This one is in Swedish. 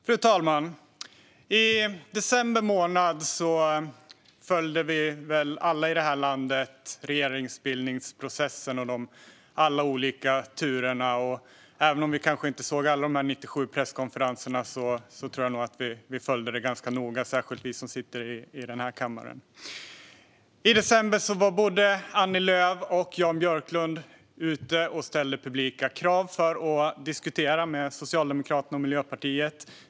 Fru talman! I december månad följde vi väl alla i landet regeringsbildningsprocessen och de olika turerna. Även om vi kanske inte såg alla 97 presskonferenser tror jag att vi följde detta ganska noga, särskilt vi som sitter i denna kammare. I december var både Annie Lööf och Jan Björklund ute och ställde publika krav för att diskutera med Socialdemokraterna och Miljöpartiet.